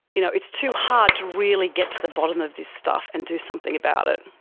you know it's too hard to really get to the bottom of this stuff and do something about it.